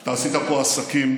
אתה עשית פה עסקים,